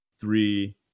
three